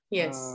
yes